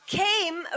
came